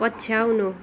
पछ्याउनु